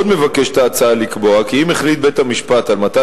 עוד מבקשת ההצעה לקבוע כי אם החליט בית-המשפט על מתן